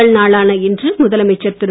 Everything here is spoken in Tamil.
முதல் நாளான இன்று முதலமைச்சர் திரு